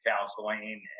counseling